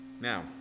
Now